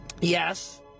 yes